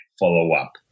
follow-up